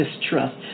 distrust